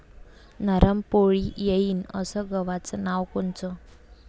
नरम पोळी येईन अस गवाचं वान कोनचं?